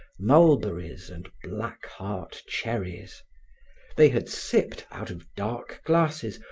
mulberries and black-heart cherries they had sipped, out of dark glasses,